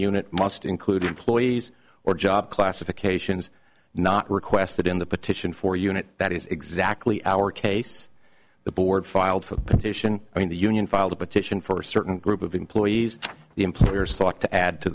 unit must include employees or job classifications not request that in the petition for unit that is exactly our case the board filed for the petition i mean the union filed a petition for a certain group of employees the employers thought to add to